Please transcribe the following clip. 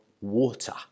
water